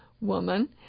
woman